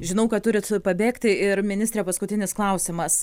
žinau kad turit pabėgti ir ministre paskutinis klausimas